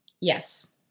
Yes